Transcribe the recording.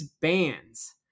bands